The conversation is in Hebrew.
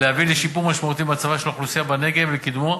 להביא לשיפור משמעותי במצבה של האוכלוסייה בנגב ולקידומו